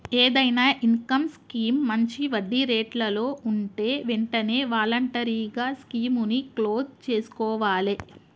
ఏదైనా income scheme మంచి వడ్డీరేట్లలో వుంటే వెంటనే వాలంటరీగా స్కీముని క్లోజ్ చేసుకోవాలే